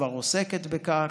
כבר עוסקת בכך,